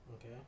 Okay